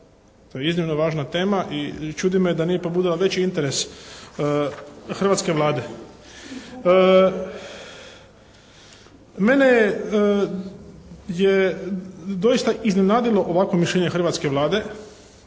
to je jedino važna tema i čudi me da nije pobudila veći interes hrvatske Vlade. Mene je doista iznenadilo ovakvo mišljenje hrvatske Vlade.